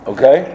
Okay